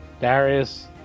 Darius